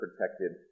protected